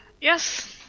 Yes